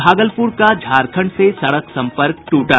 भागलपुर का झारखण्ड से सड़क संपर्क टूटा